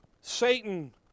Satan